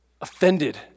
offended